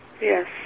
Yes